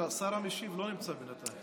השר המשיב לא נמצא בינתיים.